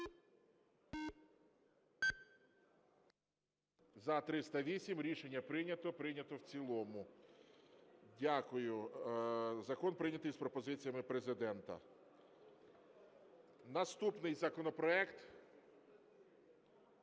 За-308 Рішення прийнято, прийнято в цілому. Дякую. Закон прийнятий з пропозиціями Президента. Наступний законопроект.